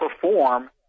perform